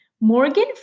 Morgan